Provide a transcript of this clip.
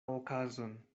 okazon